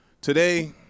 Today